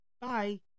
Bye